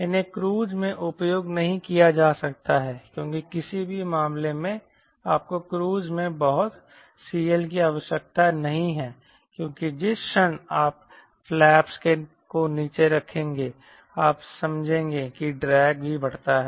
इन्हें क्रूज़ में उपयोग नहीं किया जा सकता है क्योंकि किसी भी मामले में आपको क्रूज़ में बहुत CL की आवश्यकता नहीं है क्योंकि जिस क्षण आप फ़्लैप्स को नीचे रखेंगे आप समझेंगे कि ड्रैग भी बढ़ता है